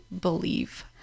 believe